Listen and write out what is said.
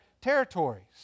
territories